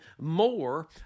more